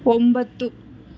ಒಂಬತ್ತು